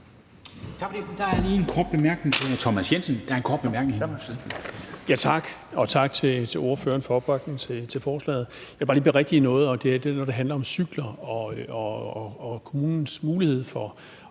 Tak for det. Der er lige en kort bemærkning til hr. Thomas Jensen. Kl. 11:23 Thomas Jensen (S): Tak. Og tak til ordføreren for opbakningen til forslaget. Jeg vil bare lige berigtige noget, når det handler om cykler og kommunens mulighed for